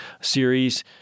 series